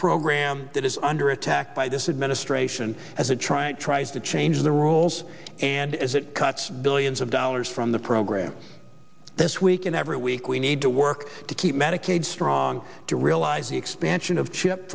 program that is under attack by this administration as a try tries to change the rules and as it cuts billions of dollars from the program this week and every week we need to work to keep medicaid strong to realize the expansion of chip